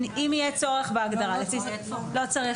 לא הייתי